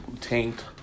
tanked